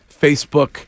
Facebook